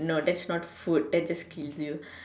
no that's not food that just kills you